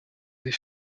des